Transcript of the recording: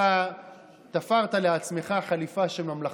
אתה תפרת לעצמך חליפה של ממלכתיות,